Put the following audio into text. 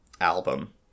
album